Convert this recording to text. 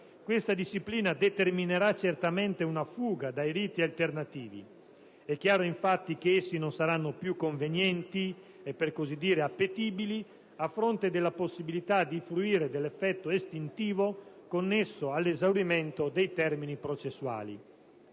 questa disciplina determinerà certamente una fuga dai riti alternativi. È chiaro infatti che essi non saranno più convenienti e appetibili a fronte della possibilità di fruire dell'effetto estintivo connesso all'esaurimento dei termini processuali.